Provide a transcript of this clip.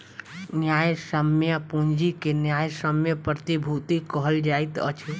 न्यायसम्य पूंजी के न्यायसम्य प्रतिभूति कहल जाइत अछि